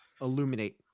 illuminate